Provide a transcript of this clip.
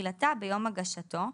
ושתחילתה ביום הגשתו,